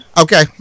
Okay